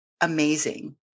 amazing